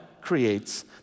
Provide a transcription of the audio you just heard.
creates